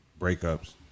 breakups